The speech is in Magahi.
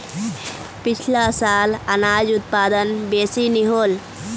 पिछला साल अनाज उत्पादन बेसि नी होल